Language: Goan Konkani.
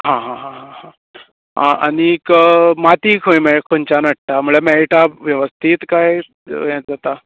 आं हां हां हां हां आं आनीक माती खंय मेळटा खंयच्यान हाडटा मळ्या मेळटा वेवस्थीत काय ये करता